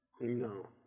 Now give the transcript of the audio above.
No